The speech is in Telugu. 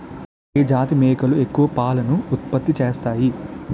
ఏ జాతి మేకలు ఎక్కువ పాలను ఉత్పత్తి చేస్తాయి?